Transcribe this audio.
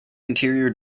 interior